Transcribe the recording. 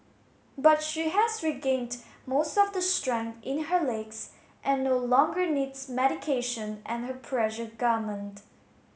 but she has regained most of the strength in her legs and no longer needs medication and her pressure garment